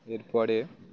এরপরে